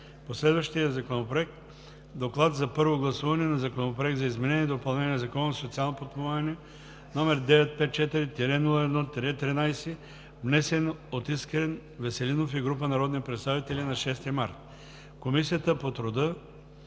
Следващият законопроект. „ДОКЛАД за първо гласуване на Законопроект за изменение и допълнение на Закона за социално подпомагане, № 954-01-13 внесен от Искрен Василев Веселинов и група народни представители на 6 март 2019 г. Комисията по труда,